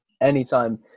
anytime